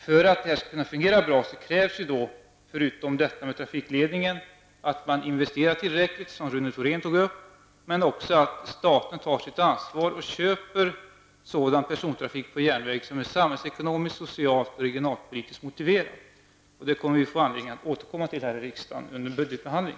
För att det skall fungera bra krävs förutom en ändring av trafikledningen att man investerar tillräckligt, som Rune Thorén tog upp, men också att staten tar sitt ansvar och köper sådan persontrafik på järnväg som är samhällsekonomiskt, socialt och regionalpolitiskt motiverad. Det får vi anledning att återkomma till under budgetbehandlingen här i riksdagen.